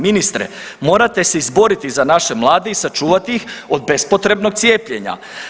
Ministre morate se izboriti za naše mlade i sačuvati ih od bespotrebnog cijepljenja.